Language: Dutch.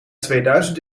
tweeduizend